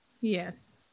Yes